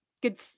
good